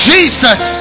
Jesus